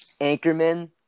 Anchorman